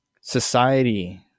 society